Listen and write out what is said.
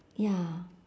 ya